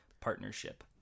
partnership